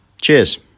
Cheers